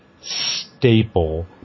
staple